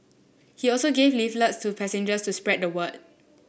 he also gave leaflets to passengers to spread the word